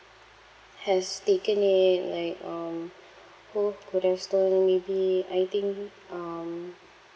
has taken it like um who could have stolen maybe I think um